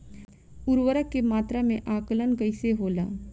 उर्वरक के मात्रा में आकलन कईसे होला?